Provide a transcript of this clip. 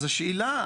אז השאלה,